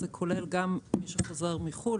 זה כולל גם את מי שחוזר מחו"ל,